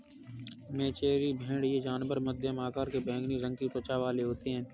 मेचेरी भेड़ ये जानवर मध्यम आकार के बैंगनी रंग की त्वचा वाले होते हैं